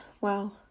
Wow